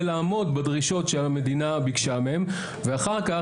לעמוד בדרישות שהמדינה ביקשה מהם ואחר כך,